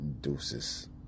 deuces